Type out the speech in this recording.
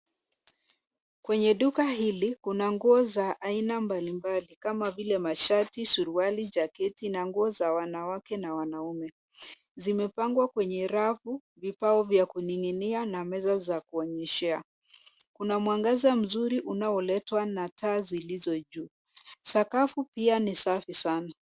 Kwenye duka hili kuna nguo za aina mbali mbali kama vile mashati, suarili, jacket na nguo za wanawake na wanaume. Zimepangwa kwenye rafu vibao vya kuninginia na meza za kuonyeshea. Kuna mwangaza mzuri unaoletwa na taa zilizo juu. Sakafu pia ni safi sana.